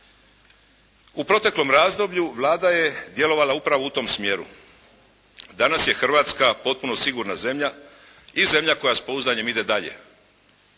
U proteklom razdoblju Vlada je djelovala upravo u tom smjeru. Danas je Hrvatska potpuno sigurna zemlja i zemlja koja s pouzdanjem ide dalje.